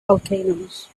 volcanoes